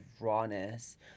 rawness